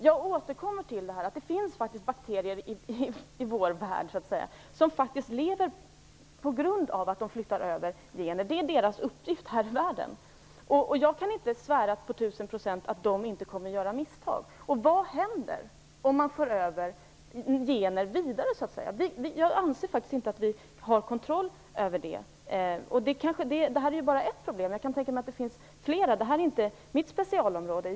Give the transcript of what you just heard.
Jag återkommer till att det faktiskt finns bakterier i vår värld som lever på grund av att de flyttar över gener - det är deras uppgift här i världen. Jag kan inte svära på att de inte kommer att göra misstag. Vad händer om modifierade gener då förs vidare? Jag anser inte att vi har kontroll över det. Och detta är bara ett problem. Jag kan tänka mig att det finns flera - det här är inte mitt specialområde.